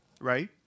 right